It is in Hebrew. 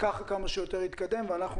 שהם מאוד יקרים בגלל איזה קרטל שטוענים שיש.